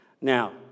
Now